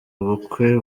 bukwe